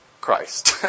Christ